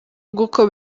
bw’uko